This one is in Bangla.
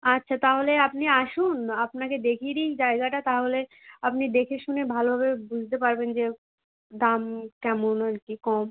আচ্ছা তাহলে আপনি আসুন আপনাকে দেখিয়ে দিই জায়গাটা তাহলে আপনি দেখে শুনে ভালোভাবে বুঝতে পারবেন যে দাম কেমন আরকি কম